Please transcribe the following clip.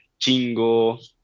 Chingo